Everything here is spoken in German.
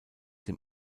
dem